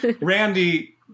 Randy